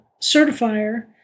certifier